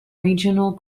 regional